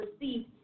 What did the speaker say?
received